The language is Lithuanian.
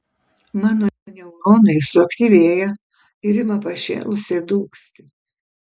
mano neuronai suaktyvėja ir ima pašėlusiai dūgzti